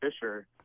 Fisher